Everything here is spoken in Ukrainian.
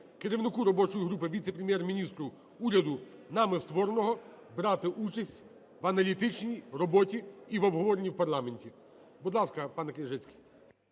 керівнику робочої групи – віце-прем'єр-міністру уряду, нами створеного, брати участь в аналітичній роботі і в обговоренні в парламенті. Будь ласка, панеКняжицький.